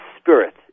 spirit